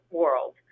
world